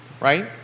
right